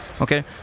Okay